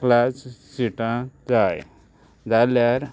class सिटां जाय जाल्यार